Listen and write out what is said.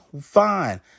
Fine